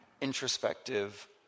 introspective